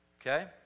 Okay